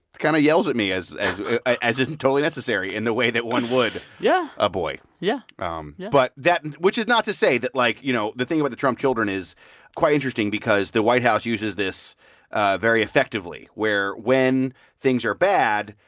kind of yells at me as as is totally necessary in the way that one would. yeah. a boy yeah um but that which is not to say that, like, you know, the thing about the trump children is quite interesting because the white house uses this very effectively, where when things are bad,